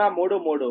2 0